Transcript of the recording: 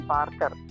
Parker